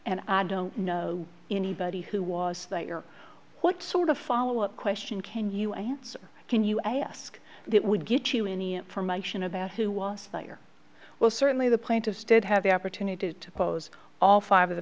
and i don't know anybody who was that your what sort of follow up question can you answer can you ask that would get you any information about who was that your well certainly the plaintiff did have the opportunity to close all five of the